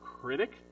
critic